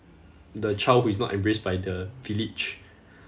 the child who is not embraced by the village